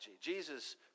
Jesus